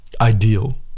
ideal